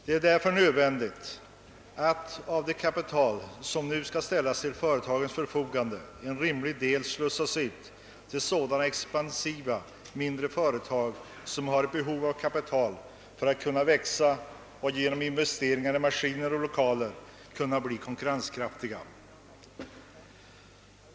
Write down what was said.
Det är därför nödvändigt att av det kapital, som nu skall ställas till företagens förfogande, en rimlig del slussas ut på sådana expansiva mindre företag som har ett behov av kapital för att kunna växa och genom investeringar i maskiner och lokaler kunna bli konkurrenskraftiga.